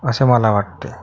असं मला वाटते